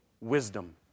wisdom